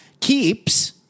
keeps